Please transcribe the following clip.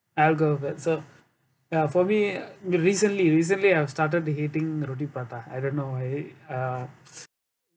I'll go first so uh for me recently recently I started hating roti prata I don't know I uh